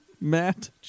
Matt